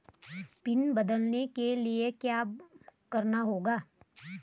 Pin बदलने के लिए क्या करना होगा?